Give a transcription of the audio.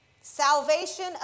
Salvation